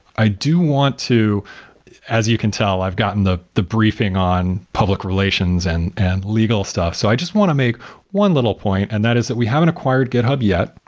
i do want to as you can tell, i've gotten the the briefing on public relations and and legal stuff so i just want to make one little point and that is that we haven't acquired github yet.